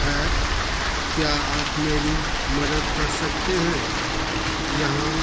है क्या आप मेरी मदद कर सकते हैं यहां